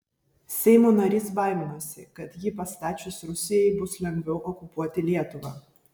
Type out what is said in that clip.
seimo narys baiminosi kad jį pastačius rusijai bus lengviau okupuoti lietuvą